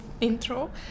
intro